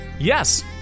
yes